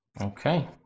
Okay